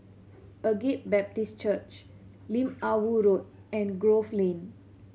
Agape Baptist Church Lim Ah Woo Road and Grove Lane